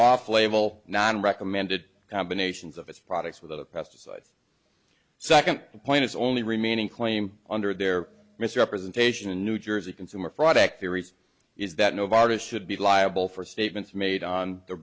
off label non recommended combinations of its products with the best size second point is only remaining claim under their misrepresentation in new jersey consumer fraud act theories is that nobody should be liable for statements made on the